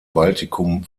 baltikum